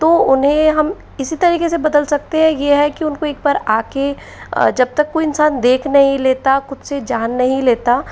तो उन्हें हम इसी तरीके से बदल सकते हैं ये है कि उनको एक बार आके जब तक कोई इंसान देख नहीं लेता खुद से जान नहीं लेता